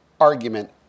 argument